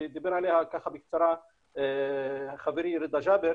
שדיבר עליה בקצרה חברי רדא ג'אבר,